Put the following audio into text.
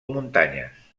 muntanyes